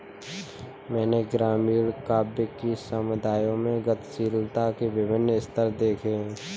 मैंने ग्रामीण काव्य कि समुदायों में गतिशीलता के विभिन्न स्तर देखे हैं